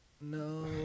No